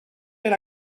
per